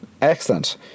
Excellent